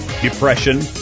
depression